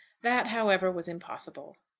that, however, was impossible.